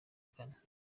kane